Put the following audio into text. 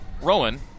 Rowan